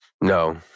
No